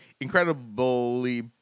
Incredibly